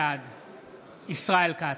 בעד ישראל כץ,